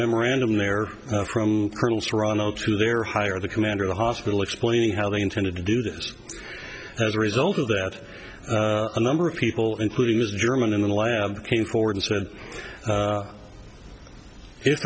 memorandum there from colonel serrano to their higher the commander of the hospital explaining how they intended to do this as a result of that a number of people including his german in the lab came forward and said